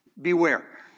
Beware